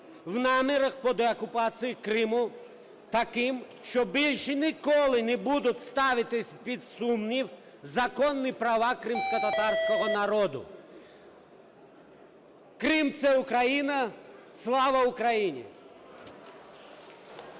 в намірах по деокупації Криму, таким, що більше ніколи не будуть ставитись під сумнів законні права кримськотатарського народу. Крим – це Україна. Слава Україні!